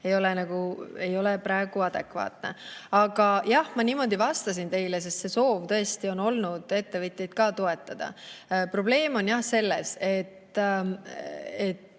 200 [eurot] ei ole praegu adekvaatne. Aga jah, ma niimoodi vastasin teile, sest soov tõesti on olnud ettevõtjaid ka toetada. Probleem on selles, et